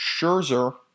Scherzer